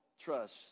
trust